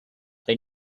they